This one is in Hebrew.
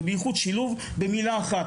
ובייחוד שילוב במילה אחת,